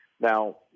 Now